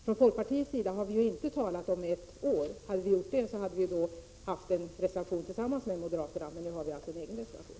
Från folkpartiets sida har vi inte talat om ett år. Hade vi gjort det hade vi haft en reservation tillsammans med moderaterna — nu har vi en egen reservation.